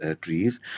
trees